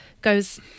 goes